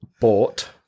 bought